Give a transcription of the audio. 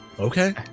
Okay